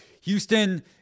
houston